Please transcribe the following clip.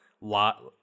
lot